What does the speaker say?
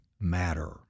Matter